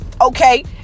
Okay